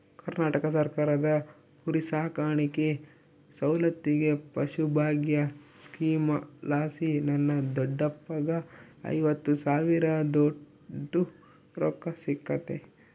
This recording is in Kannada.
ಕರ್ನಾಟಕ ಸರ್ಕಾರದ ಕುರಿಸಾಕಾಣಿಕೆ ಸೌಲತ್ತಿಗೆ ಪಶುಭಾಗ್ಯ ಸ್ಕೀಮಲಾಸಿ ನನ್ನ ದೊಡ್ಡಪ್ಪಗ್ಗ ಐವತ್ತು ಸಾವಿರದೋಟು ರೊಕ್ಕ ಸಿಕ್ಕತೆ